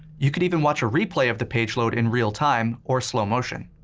you can even watch a replay of the page load in real time or slow motion.